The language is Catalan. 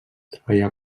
treballà